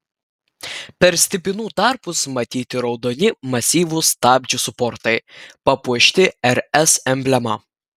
per stipinų tarpus matyti raudoni masyvūs stabdžių suportai papuošti rs emblema